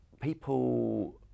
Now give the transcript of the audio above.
people